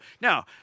Now